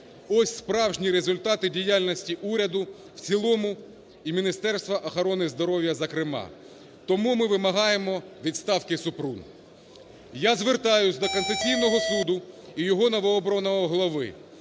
Ось, справжні результати діяльності уряду в цілому і Міністерства охорони здоров'я, зокрема. Тому ми вимагаємо відставки Супрун. Я звертаюсь до Конституційного Суду і його новообраного голови,